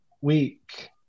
week